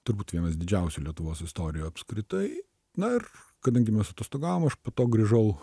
turbūt vienas didžiausių lietuvos istorijoj apskritai na ir kadangi mes atostogavom aš po to grįžau